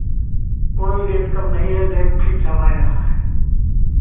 कोई रेट कम नहीं है रेट ठीक फिक्स हमारे यहाँ है